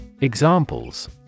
Examples